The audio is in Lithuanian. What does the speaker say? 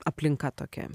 aplinka tokia